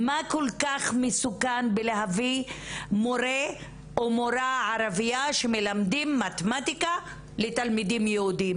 מה כל כך מסוכן בלהביא מורה ערבייה שמלמדים מתמטיקה לתלמידים יהודים?